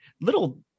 little